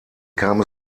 kam